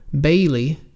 Bailey